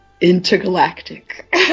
intergalactic